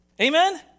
Amen